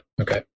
okay